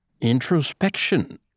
introspection